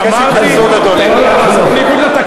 אמרתי,